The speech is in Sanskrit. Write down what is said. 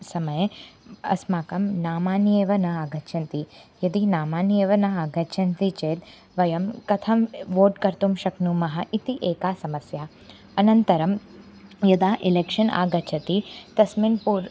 समये अस्माकं नामानि एव न आगच्छन्ति यदि नामानि एव न आगच्छन्ति चेत् वयं कथं वोट् कर्तुं शक्नुमः इति एका समस्या अनन्तरं यदा इलेक्षन् आगच्छति तस्मिन् पोल्